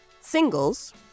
singles